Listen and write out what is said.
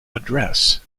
address